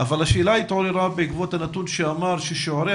השאלה התעוררה בעקבות הנתון שאמר ששיעורי